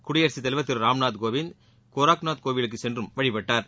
குடியரசுத் தலைவர் திரு ராம்நாத் கோவிந்த் கோரக்நாத் கோயிலுக்கு சென்றும் வழிபட்டார்